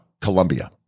Colombia